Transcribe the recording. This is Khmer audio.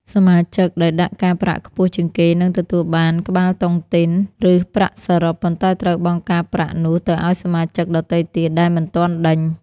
សមាជិកដែលដាក់ការប្រាក់ខ្ពស់ជាងគេនឹងទទួលបាន "ក្បាលតុងទីន" ឬប្រាក់សរុប ប៉ុន្តែត្រូវបង់ការប្រាក់នោះទៅឱ្យសមាជិកដទៃទៀតដែលមិនទាន់ដេញ។